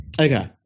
Okay